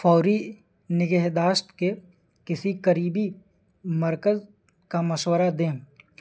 فوری نگہداشت کے کسی قریبی مرکز کا مشورہ دیں